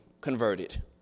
converted